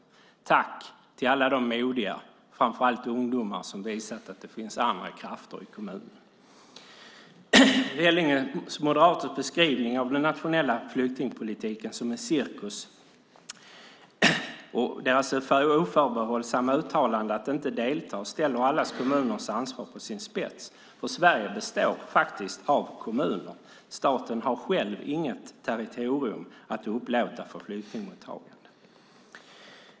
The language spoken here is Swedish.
Jag säger tack till alla de modiga, framför allt ungdomar, som visat att det finns andra krafter i kommunen. Vellinges moderaters beskrivning av den nationella flyktingpolitiken som en cirkus och deras oförbehållsamma uttalande om att inte delta ställer alla kommuners ansvar på sin spets. Sverige består faktiskt av kommuner. Staten har själv inget territorium att upplåta för flyktingmottagande.